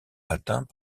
atteint